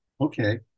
okay